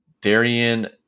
Darian